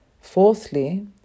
Fourthly